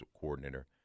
coordinator